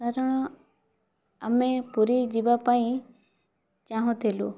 କାରଣ ଆମେ ପୁରୀ ଯିବାପାଇଁ ଚାହୁଁଥିଲୁ